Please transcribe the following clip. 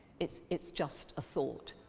it's it's just a thought,